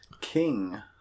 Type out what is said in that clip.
King